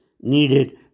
needed